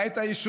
בעת ההיא,